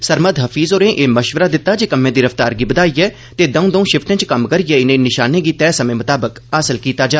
सरमद हफीज होरें एह् मशवरा दित्ता जे कम्में दी रफ्तार गी बघाइयै ते दौं दौं शिफ्टें च कम्म करियै इनें निशानें गी तैय समें मताबक हासल कीता जा